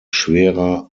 schwerer